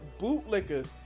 bootlickers